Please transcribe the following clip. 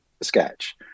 sketch